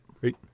Great